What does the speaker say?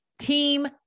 team